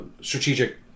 strategic